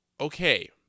okay